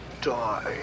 die